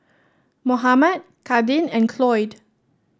Mohammad Kadin and Cloyd